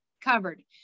covered